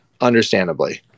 understandably